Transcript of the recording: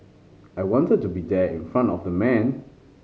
I wanted to be there in front of the man